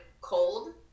cold